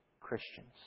Christians